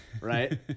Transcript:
right